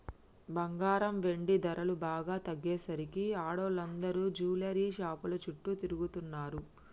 బంగారం, వెండి ధరలు బాగా తగ్గేసరికి ఆడోళ్ళందరూ జువెల్లరీ షాపుల చుట్టూ తిరుగుతున్నరు